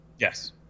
Yes